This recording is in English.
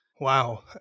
Wow